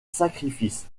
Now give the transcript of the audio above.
sacrifices